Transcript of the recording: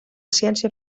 ciència